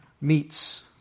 meets